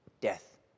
death